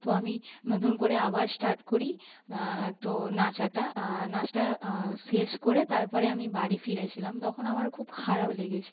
তো আমি নতুন করে আবার স্টার্ট করি তো নাচাটা নাচটা শেষ করে তারপরে আমি বাড়ি ফিরেছিলাম তখন আমার খুব খারাপ লেগেছিল